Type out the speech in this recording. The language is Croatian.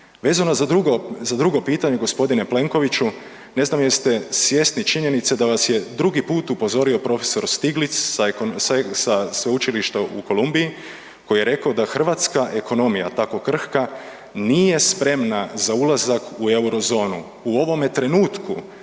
Vezano za drugo pitanje gospodine Plenkoviću, ne znam jeste li svjesni činjenice da vas je drugi put upozorio prof. Stiglitz sa Sveučilišta u Columbiji koji je rekao da hrvatska ekonomija tako krhka nije spremna za ulazak u Eurozonu u ovome trenutku,